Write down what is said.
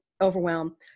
overwhelm